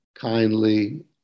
kindly